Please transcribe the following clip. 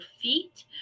feet